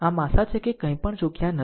આમ આશા છે કે કંઈપણ ચુક્યા નથી